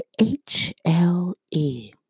HLE